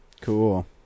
Cool